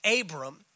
Abram